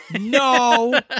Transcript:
no